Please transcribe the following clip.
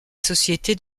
société